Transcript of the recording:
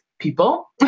people